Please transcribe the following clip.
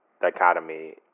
dichotomy